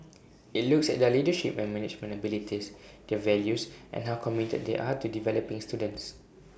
IT looks at their leadership and management abilities their values and how committed they are to developing students